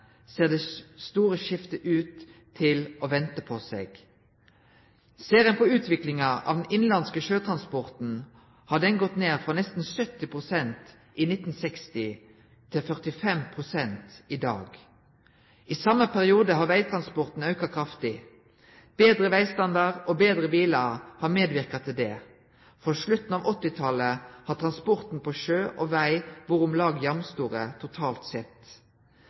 ser det store skiftet ut til å vente på seg. Ser ein på utviklinga av den innanlandske sjøtransporten, har han gått ned frå nesten 70 pst. i 1960 til 45 pst. i dag. I same periode har vegtransporten auka kraftig. Betre vegstandard og betre bilar har medverka til det. Frå slutten av 1980-talet har transporten på sjø og veg vore om lag jamstore, totalt sett.